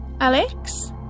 Alex